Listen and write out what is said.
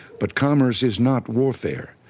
but commerce is not warfare.